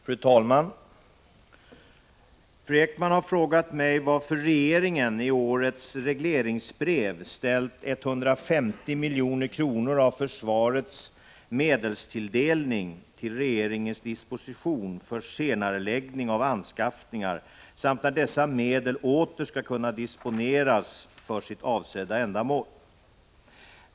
Fru talman! Fru Ekman har frågat mig varför regeringen i årets regleringsbrev ställt 150 milj.kr. av försvarets medelstilldelning till regeringens disposition för senareläggning av anskaffningar samt när dessa medel åter skall kunna disponeras för sitt avsedda ändamål.